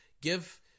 give